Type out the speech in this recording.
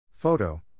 Photo